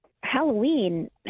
Halloween